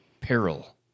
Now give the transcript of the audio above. Peril